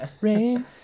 Rain